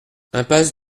impasse